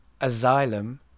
Asylum